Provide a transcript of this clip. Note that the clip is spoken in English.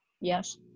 Yes